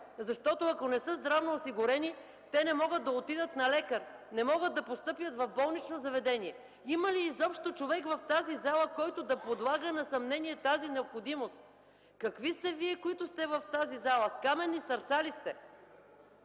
Защото, ако не са здравно осигурени, те не могат да отидат на лекар, не могат да постъпят в болнично заведение. Има ли изобщо човек в залата, който да подлага на съмнение тази необходимост? Какви сте Вие, които сте в тази зала – с каменни сърца ли сте?